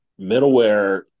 middleware